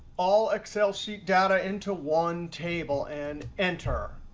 all excel sheet data into one table, and enter.